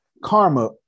Karma